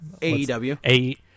AEW